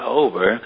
over